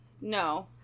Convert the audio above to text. no